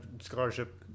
scholarship